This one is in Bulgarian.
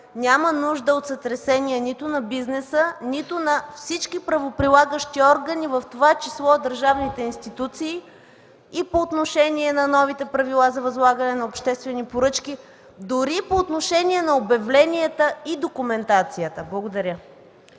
няма нужда от сътресения нито на бизнеса, нито на всички правоприлагащи органи, в това число и държавните институции, и по отношение на новите правила за възлагане на обществени поръчки, дори по отношение на обявленията и документацията. Благодаря.